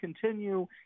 continue